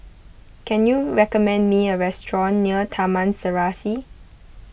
can you recommend me a restaurant near Taman Serasi